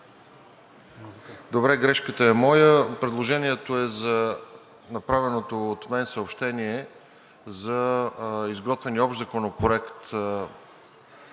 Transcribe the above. Грешката е моя. Предложението е за направеното от мен съобщение за изготвен Общ законопроект